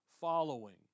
following